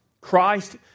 Christ